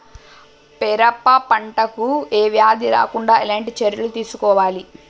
పెరప పంట కు ఏ వ్యాధి రాకుండా ఎలాంటి చర్యలు తీసుకోవాలి?